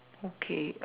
okay